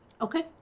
Okay